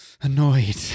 annoyed